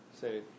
say